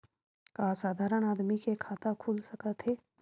का साधारण आदमी के खाता खुल सकत हे?